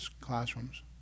classrooms